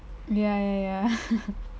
ya ya ya